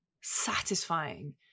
satisfying